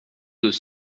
deux